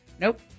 Nope